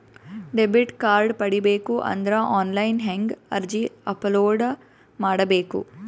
Debit card ಪಡಿಬೇಕು ಅಂದ್ರ online ಹೆಂಗ್ ಅರ್ಜಿ ಅಪಲೊಡ ಮಾಡಬೇಕು?